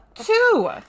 two